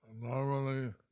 normally